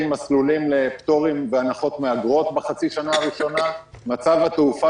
מסלולים לפטורים והנחות מאגרות בחצי השנה הראשונה על מצב התעופה